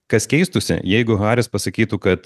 kas keistųsi jeigu haris pasakytų kad